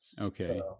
Okay